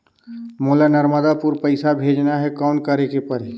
मोला नर्मदापुर पइसा भेजना हैं, कौन करेके परही?